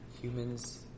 humans